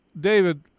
David